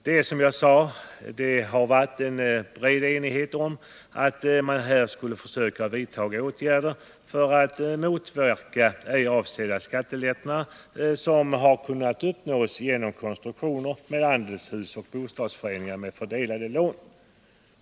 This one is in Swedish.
Som jag tidigare sade kan klart konstateras att bred enighet sedan länge rått om att snara åtgärder erfordras för att motverka de ej avsedda skattelättnader som kan uppnås genom konstruktionerna med andelshus och bostadsrättsföreningar med fördelade lån.